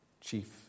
chief